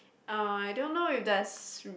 uh I don't know if there's